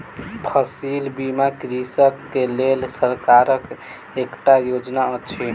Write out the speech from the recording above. फसिल बीमा कृषक के लेल सरकारक एकटा योजना अछि